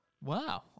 Wow